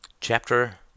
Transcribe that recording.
Chapter